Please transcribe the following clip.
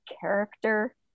character